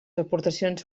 aportacions